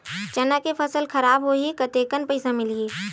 चना के फसल खराब होही कतेकन पईसा मिलही?